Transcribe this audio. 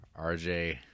RJ